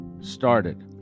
started